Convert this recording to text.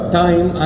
time